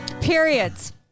periods